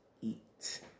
eat